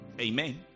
Amen